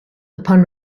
upon